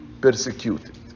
persecuted